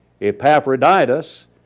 Epaphroditus